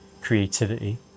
creativity